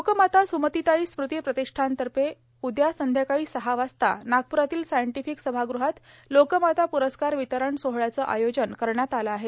लोकमाता सुमतीताई स्मृती प्रतिष्ठानतर्फे उद्या संध्याकाळी सहा वाजता नागप्रातील सायंटिफिक सभागृहात लोकमाता प्रस्कार वितरण सोहळयाचं आयोजन करण्यात आलं आहे